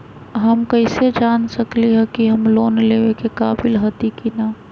हम कईसे जान सकली ह कि हम लोन लेवे के काबिल हती कि न?